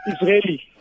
Israeli